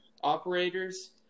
operators